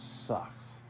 sucks